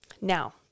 Now